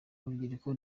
urubyiruko